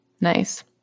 Nice